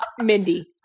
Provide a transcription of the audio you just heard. Mindy